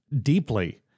deeply